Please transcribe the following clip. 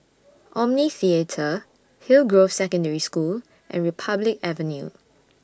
Omni Theatre Hillgrove Secondary School and Republic Avenue